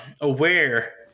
aware